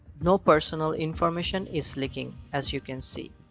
no personal information is leaking, as you can see.